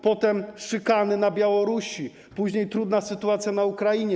Potem szykany na Białorusi, później trudna sytuacja na Ukrainie.